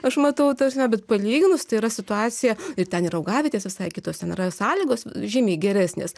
aš matau ta prasme bet palyginus tai yra situacija ir ten ir augavietės visai kitos ten yra sąlygos žymiai geresnės